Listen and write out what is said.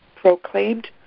proclaimed